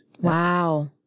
Wow